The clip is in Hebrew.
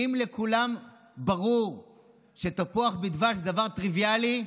אם לכולם ברור שתפוח בדבש זה דבר טריוויאלי,